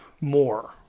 More